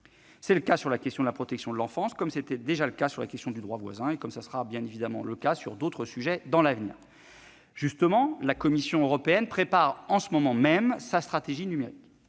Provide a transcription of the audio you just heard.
C'est le cas pour la question de la protection de l'enfance, comme c'était le cas pour la question du droit voisin, et comme cela sera évidemment le cas pour d'autres sujets à l'avenir. Justement, la Commission européenne prépare en ce moment même sa stratégie numérique.